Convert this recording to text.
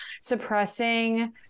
suppressing